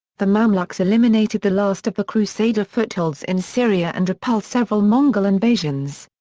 the mamluks eliminated the last of the crusader footholds in syria and repulsed several mongol invasions.